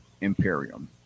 Imperium